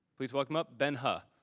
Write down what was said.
please welcome up ben huh.